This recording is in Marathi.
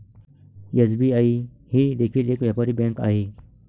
एस.बी.आई ही देखील एक व्यापारी बँक आहे